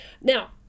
now